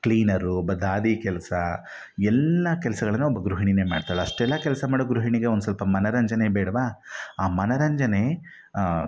cleaner ಒಬ್ಬ ದಾದಿ ಕೆಲಸ ಎಲ್ಲ ಕೆಲಸಗಳನ್ನ ಒಬ್ಬ ಗೃಹಿಣಿಯೇ ಮಾಡ್ತಾಳೆ ಅಷ್ಟೆಲ್ಲ ಕೆಲಸ ಮಾಡೋ ಗೃಹಿಣಿಗೆ ಒಂದು ಸ್ವಲ್ಪ ಮನೋರಂಜನೆ ಬೇಡ್ವ ಆ ಮನೋರಂಜನೆ